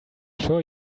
sure